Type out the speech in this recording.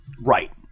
right